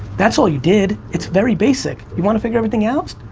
that's all you did, it's very basic. you wanna figure everything out?